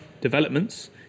developments